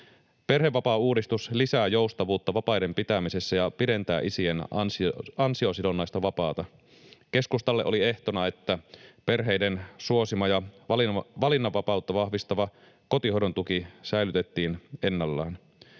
Perhevapaauudistus lisää joustavuutta vapaiden pitämisessä ja pidentää isien ansiosidonnaista vapaata. Keskustalle oli ehtona, että perheiden suosima ja valinnanvapautta vahvistava kotihoidon tuki säilytettiin ennallaan.